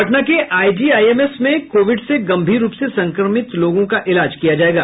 पटना के आईजीआईएमएस में कोविड से गंभीर रूप से संक्रमित लोगों का इलाज किया जायेगा